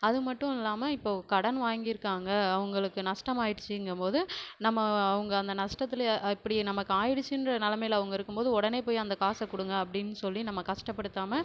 அதுமட்டும் இல்லாமல் இப்போது கடன் வாங்கியிருக்காங்க அவங்களுக்கு நஷ்டம் ஆகிடுச்சிங்கும் போது நம்ப அவங்க அந்த நஷ்டத்தில் இப்படி நமக்கு ஆகிடுச்சின்ற நிலமைல அவங்க இருக்கும் போது உடனே போய் அந்த காசை கொடுங்க அப்படின்னு சொல்லி நம்ம கஷ்டப்படுத்தாமல்